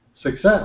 success